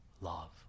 Love